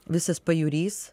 visas pajūrys